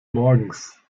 morgens